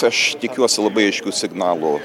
aš tikiuosi labai aiškių signalų